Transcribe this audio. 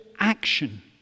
action